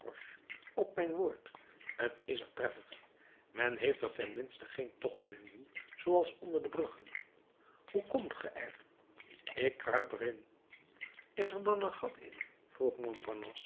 op mijn woord t is er prettig men heeft er ten minste geen tochtwinden zooals onder de bruggen hoe komt ge er ik kruip er in is er dan een gat in